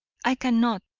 i cannot,